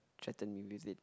threaten me with it